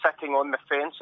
sitting-on-the-fence